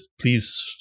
please